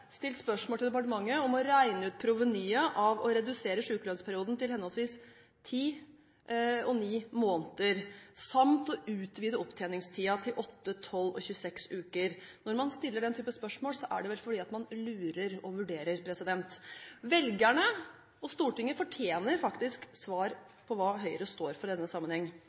departementet regne ut provenyet av å redusere sykelønnsperioden til henholdsvis ti og ni måneder samt utvide opptjeningstiden til 8, 12 og 26 uker. Når man stiller den type spørsmål, er det vel fordi man lurer og vurderer. Velgerne og Stortinget fortjener å få svar på hva Høyre står for i denne sammenheng.